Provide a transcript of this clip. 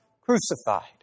crucified